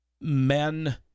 men